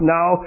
Now